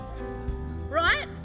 right